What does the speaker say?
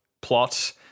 plot